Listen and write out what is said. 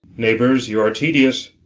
neighbours, you are tedious.